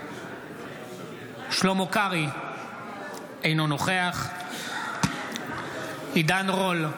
שלמה קרעי, אינו נוכח עידן רול,